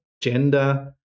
gender